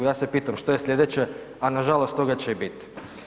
Ja se pitam što je slijedeće, a nažalost toga će i bit.